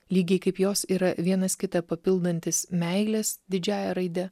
lygiai kaip jos yra vienas kitą papildantys meilės didžiąja raide